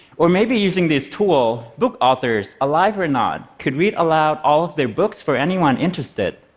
or maybe using this tool, book authors, alive or not, could read aloud all of their books for anyone interested.